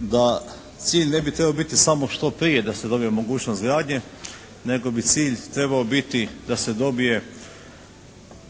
da cilj ne bi trebao biti samo što prije da se dobije mogućnost gradnje, nego bi cilj trebao biti da se dobije